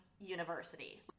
university